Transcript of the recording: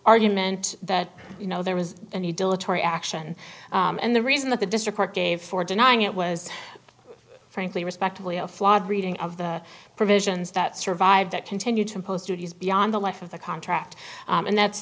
argument that you know there was any dilatory action and the reason that the district gave for denying it was frankly respectively a flawed reading of the provisions that survived that continue to impose duties beyond the life of the contract and that's